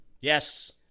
Yes